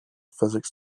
physics